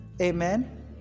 Amen